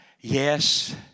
yes